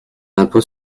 impôt